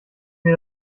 mir